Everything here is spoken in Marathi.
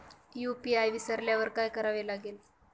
यू.पी.आय विसरल्यावर काय करावे लागेल?